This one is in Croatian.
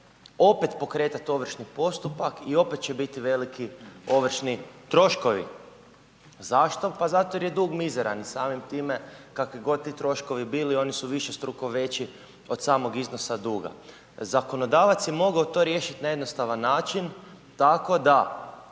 opet pokretati ovršni postupak i opet će biti veliki ovršni troškovi. Zašto? Pa zato jer je dug mizeran i samim time kakvi god ti troškovi bili oni su višestruko veći od samog iznosa duga. Zakonodavac je to mogao riješiti na jednostavan način tako da